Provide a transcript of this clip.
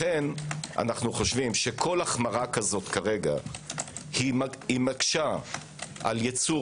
לכן אנו חושבים שכל החמרה כזו כרגע מקשה על ייצור